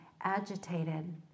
agitated